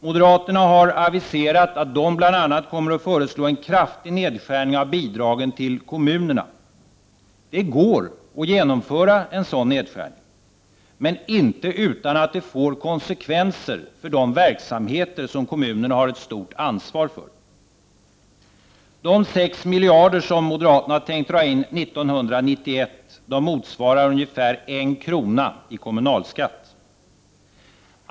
Moderaterna har aviserat att de bl.a. kommer att föreslå en kraftig nedskärning av bidragen till kommunerna. Det går att göra det — men inte utan att det får konsekvenser för de verksamheter som kommunerna har ett stort ansvar för. De 6 miljarder som moderaterna har tänkt dra in 1991 motsvarar ungefär en krona i kommunalskatt.